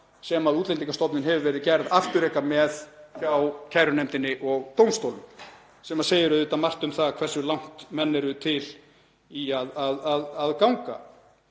sem Útlendingastofnun hefur verið gerð afturreka með hjá kærunefndinni og dómstólum, sem segir auðvitað margt um það hversu langt menn eru til í að ganga